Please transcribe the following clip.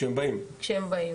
כשהם באים,